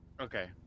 Okay